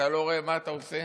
אתה לא רואה מה אתה עושה?